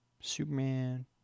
Superman